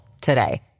today